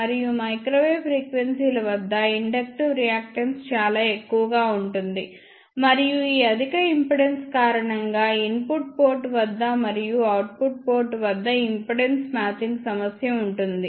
మరియు మైక్రోవేవ్ ఫ్రీక్వెన్సీల వద్ద ఇన్డక్టివ్ రియాక్టన్స్ చాలా ఎక్కువగా ఉంటుంది మరియు ఈ అధిక ఇంపెడెన్స్ కారణంగా ఇన్పుట్ పోర్ట్ వద్ద మరియు అవుట్పుట్ పోర్ట్ వద్ద ఇంపెడెన్స్ మ్యాచింగ్ సమస్య ఉంటుంది